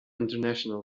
international